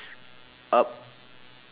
up